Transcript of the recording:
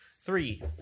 Three